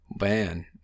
Man